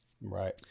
Right